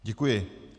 Děkuji.